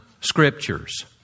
Scriptures